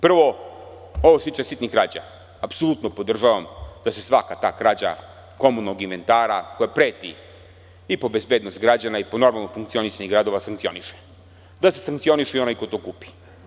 Prvo, ovo što se tiče sitnih krađa, apsolutno podržavam da se svaka krađa komunalnog inventara koja preti po bezbednost građana i normalno funkcionisanje građana sankcioniše, da se sankcioniše i onaj ko to kupi.